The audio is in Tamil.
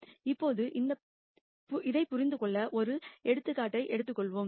இப்போது இதைப் புரிந்துகொள்ள ஒரு எடுத்துக்காட்டு எடுத்துக்கொள்வோம்